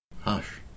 Hush